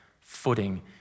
footing